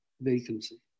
vacancy